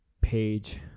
page